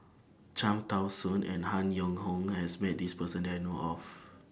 Cham Tao Soon and Han Yong Hong has Met This Person that I know of